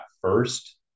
first